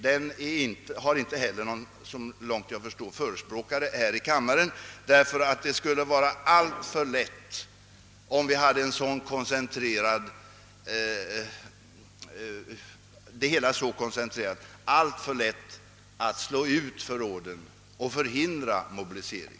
Den har inte heller, såvitt jag förstår, någon förespråkare här i kammaren, ty det skulle med en sådan koncentration vara alltför lätt att slå ut förråden och förhindra mobilisering.